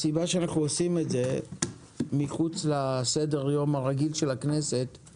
הסיבה שאנחנו עושים את זה מחוץ לסדר היום הרגיל של הכנסת היא